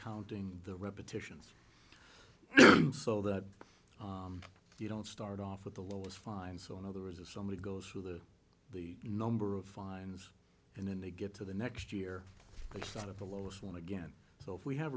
counting the repetitions so that you don't start off at the lowest find so in other words a somebody goes through the the number of fines and then they get to the next year the start of the lowest one again so if we have